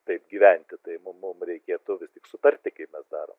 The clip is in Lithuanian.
taip gyventi tai mum mum reikėtų vis tik sutarti kaip mes darom